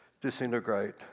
disintegrate